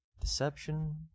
deception